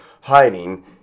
hiding